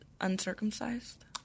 uncircumcised